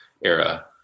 era